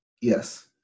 Yes